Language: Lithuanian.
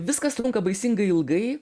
viskas trunka baisingai ilgai